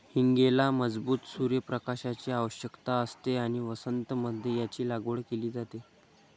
हींगेला मजबूत सूर्य प्रकाशाची आवश्यकता असते आणि वसंत मध्ये याची लागवड केली जाते